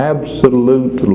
Absolute